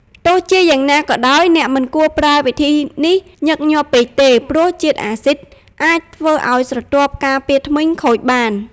ទោះជាយ៉ាងណាក៏ដោយ អ្នកមិនគួរប្រើវិធីនេះញឹកញាប់ពេកទេ ព្រោះជាតិអាស៊ីដអាចធ្វើឲ្យស្រទាប់ការពារធ្មេញខូចបាន។